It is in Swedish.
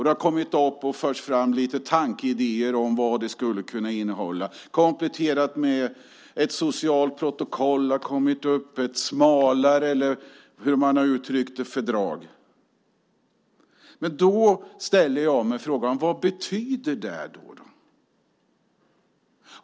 Det har kommit upp och förts fram idéer om innehållet, till exempel om komplettering med ett socialt protokoll och om ett smalare fördrag, eller hur man har uttryckt det. Då ställer jag mig frågan: Vad betyder det?